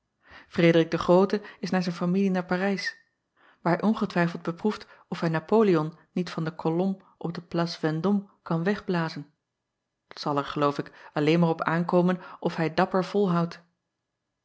rederik de roote is naar zijn familie naar arijs waar hij ongetwijfeld beproeft of hij apoleon niet van de kolom op de lace endôme kan wegblazen t zal er geloof ik alleen maar op aankomen of hij dapper volhoudt